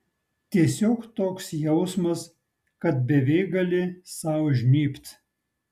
tiesiog toks jausmas kad beveik gali sau žnybt